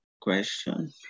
question